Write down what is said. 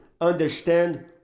understand